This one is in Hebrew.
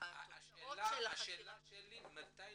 השאלה שלי מתי